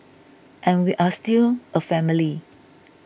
and we are still a family